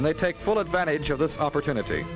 and they take full advantage of this opportunity